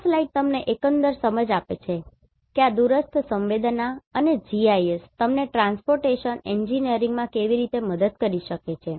આ સ્લાઇડ તમને એકંદર સમજ આપે છે કે આ દૂરસ્થ સંવેદના અને GIS તમને ટ્રાન્સપોર્ટેશન એન્જિનિયરિંગમાં કેવી રીતે મદદ કરી શકે છે